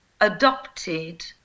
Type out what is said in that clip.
adopted